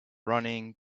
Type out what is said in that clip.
running